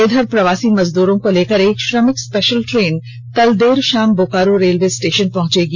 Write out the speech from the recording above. इधर प्रवासी मजदूरों को लेकर एक श्रमिक स्पेशल ट्रेन कल देर शाम बोकारो रेलवे स्टेशन पहंचेगी